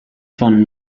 von